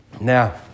Now